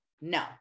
No